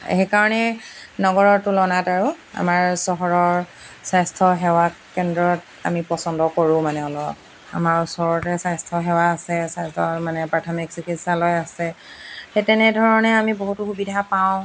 সেইকাৰণেই নগৰৰ তুলনাত আৰু আমাৰ চহৰৰ স্বাস্থ্য সেৱা কেন্দ্ৰত আমি পচন্দ কৰোঁ মানে অলপ আমাৰ ওচৰতে স্বাস্থ্যসেৱা আছে স্বাস্থ্য মানে প্ৰাথমিক চিকিৎসালয় আছে সেই তেনেধৰণে আমি বহুতো সুবিধা পাওঁ